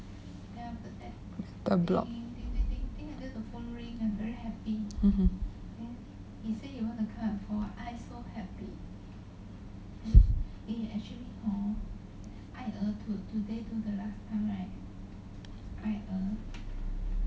the block hmm